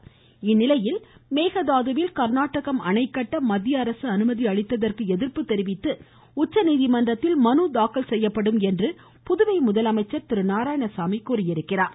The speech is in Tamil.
மேகதாது நாராயணசாமி இதனிடையே மேகதாதுவில் காநாடகம் அணைகட்ட மத்தியஅரசு அனுமதி அளித்ததற்கு எதிர்ப்பு தெரிவித்து உச்சநீதிமன்றத்தில் மனுதாக்கல் செய்யப்படும் என்று புதுவை முதலமைச்சர் திரு நாராயணசாமி தெரிவித்துள்ளார்